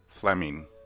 Fleming